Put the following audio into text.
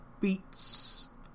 beats